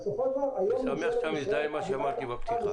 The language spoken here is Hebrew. בסופו של דבר -- אני שמח שאתה מזדהה עם מה שאמרתי בפתיחה.